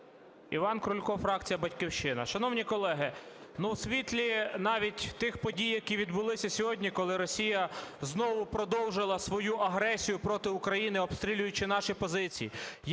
Іван Крулько, фракція "Батьківщина". Шановні колеги, ну, у світлі навіть тих подій, які відбулися сьогодні, коли Росія знову продовжила свою агресію проти України, обстрілюючи наші позиції,